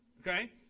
Okay